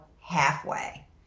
halfway